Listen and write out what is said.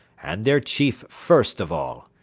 and their chief first of all.